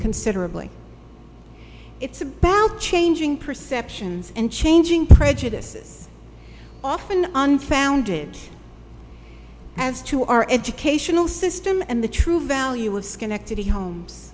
considerably it's a balcony perceptions and changing prejudices often unfounded as to our educational system and the true value of schenectady homes